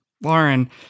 Lauren